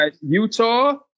Utah